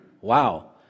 Wow